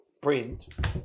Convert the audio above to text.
print